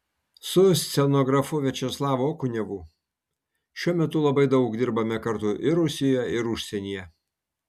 su scenografu viačeslavu okunevu šiuo metu labai daug dirbame kartu ir rusijoje ir užsienyje